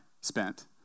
Spent